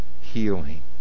healing